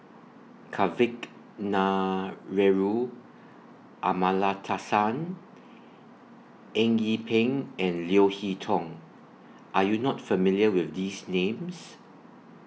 Kavignareru Amallathasan Eng Yee Peng and Leo Hee Tong Are YOU not familiar with These Names